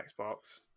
Xbox